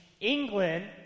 England